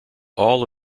all